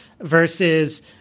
versus